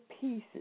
pieces